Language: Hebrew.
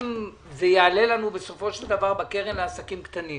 אם זה יעלה לנו בסופו של דבר בקרן לעסקים קטנים,